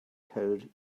code